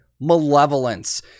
Malevolence